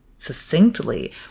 succinctly